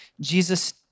Jesus